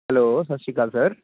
hello ਸਤਿ ਸ਼੍ਰੀ ਅਕਾਲ ਸਰ